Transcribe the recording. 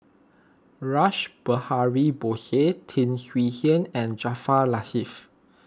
Rash Behari Bose Tan Swie Hian and Jaafar Latiff